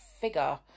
figure